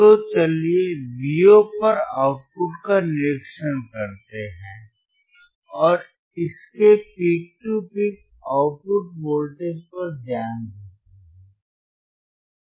तो चलिए Vo पर आउटपुट का निरीक्षण करते हैं और इसके peak to peak output voltage पर ध्यान देते हैं